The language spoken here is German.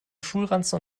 schulranzen